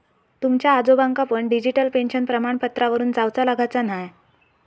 तुमच्या आजोबांका पण डिजिटल पेन्शन प्रमाणपत्रावरून जाउचा लागाचा न्हाय